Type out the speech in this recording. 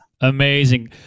Amazing